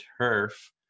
turf